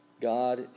God